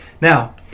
Now